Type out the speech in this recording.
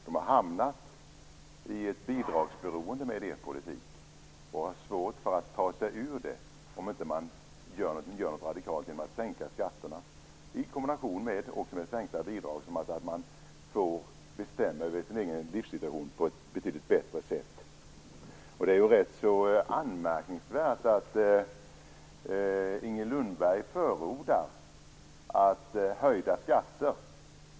De har hamnat i ett bidragsberoende med er politik och har svårt att ta sig ur det, om man inte gör någonting radikalt genom att sänka skatterna i kombination med sänkta bidrag som gör att de får bestämma över sin egen livssituation på ett betydligt bättre sätt. Det är rätt så anmärkningsvärt att Inger Lundberg förordar höjda skatter.